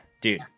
dude